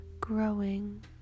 growing